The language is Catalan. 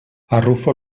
arrufo